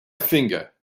finger